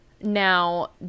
Now